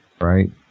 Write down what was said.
Right